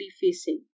facing